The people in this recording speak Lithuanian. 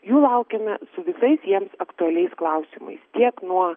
jų laukiame su visais jiems aktualiais klausimais tiek nuo